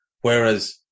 Whereas